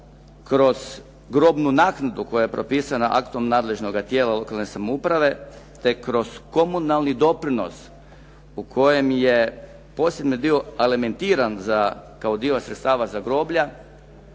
kroz grobnu naknadu koja je propisana aktom nadležnoga tijela lokalne samouprave te kroz komunalni doprinos u kojem je posebni dio alimentiran kao dio sredstava za groblja